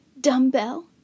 Dumbbell